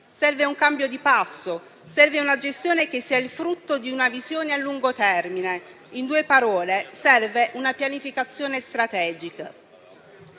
un cambio di passo e una gestione che sia il frutto di una visione a lungo termine; in due parole, serve una pianificazione strategica.